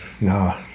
No